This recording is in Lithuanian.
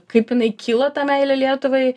kaip jinai kyla ta meilė lietuvai